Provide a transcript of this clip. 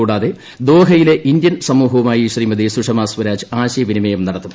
കൂടാതെ ദോഹയിലെ ഇന്ത്യൻ സമൂഹവുമായി ശ്രീമതി സുഷമസ്വരാജ് ആശയ വിനിമയം നടത്തും